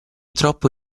troppo